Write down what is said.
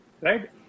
right